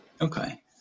Okay